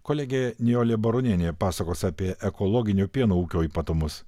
kolegė nijolė baronienė pasakos apie ekologinio pieno ūkio ypatumus